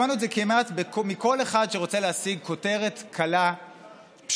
שמענו את זה כמעט מכל אחד שרוצה להשיג כותרת קלה ופשוטה